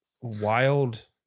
wild